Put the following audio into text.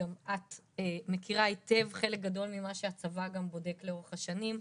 וגם את מכירה היטב חלק גדול ממה שהצבא גם בודק לאורך השנים.